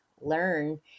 learn